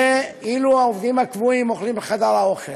ואילו העובדים הקבועים אוכלים בחדר האוכל.